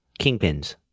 kingpins